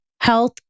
health